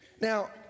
Now